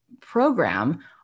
program